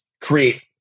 create